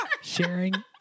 Sharing